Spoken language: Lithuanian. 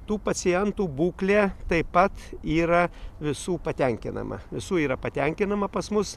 tų pacientų būklė taip pat yra visų patenkinama visų yra patenkinama pas mus